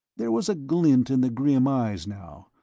there was a glint in the grim eyes now,